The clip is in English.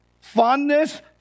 fondness